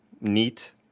neat